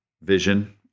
vision